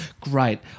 great